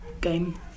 game